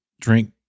drink